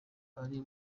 ari